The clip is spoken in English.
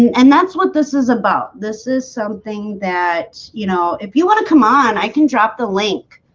and that's what this is about. this is something that you know, if you want to come on i can drop the link